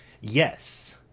yes